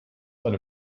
eine